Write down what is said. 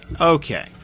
Okay